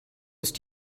ist